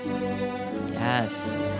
Yes